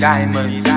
Diamonds